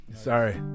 Sorry